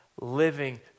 living